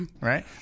right